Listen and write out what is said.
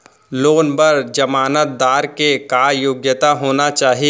Loan बर जमानतदार के का योग्यता होना चाही?